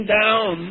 down